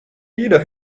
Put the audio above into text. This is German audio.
jeder